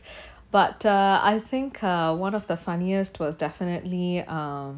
but uh I think uh one of the funniest was definitely uh